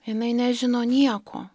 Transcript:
jinai nežino nieko